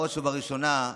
בראש ובראשונה,